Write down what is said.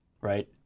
right